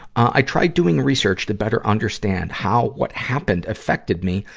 i tried doing research to better understand how what happened affected me,